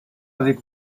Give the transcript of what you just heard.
avec